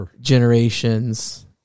generation's